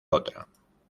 otra